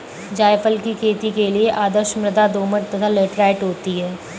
जायफल की खेती के लिए आदर्श मृदा दोमट तथा लैटेराइट होती है